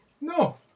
No